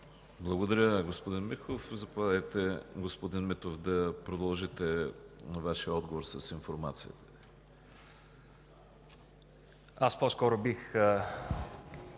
Благодаря, господин Михов. Заповядайте, господин Митов, да продължите Вашия отговор с информацията. МИНИСТЪР ДАНИЕЛ